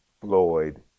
Floyd